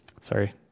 Sorry